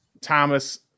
thomas